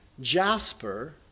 jasper